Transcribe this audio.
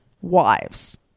Wives